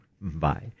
Bye